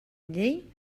llei